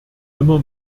immer